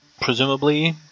presumably